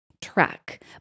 track